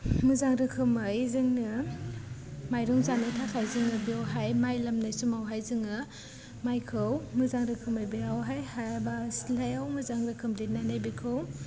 मोजां रोखोमै जोंनो माइरं जानो थाखाय जोङो बेवहाय माइ लामनाय समावहाय जोङो माइखौ मोजां रोखोमै बेयावहाय हायाबा सिथ्लायाव मोजां रोखोम लिरनानै बेखौ